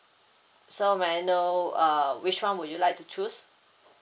so may I know uh which [one] would you like to choose